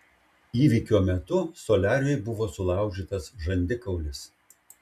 įvykio metu soliariui buvo sulaužytas žandikaulis